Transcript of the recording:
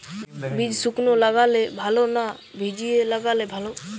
বীজ শুকনো লাগালে ভালো না ভিজিয়ে লাগালে ভালো?